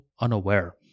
unaware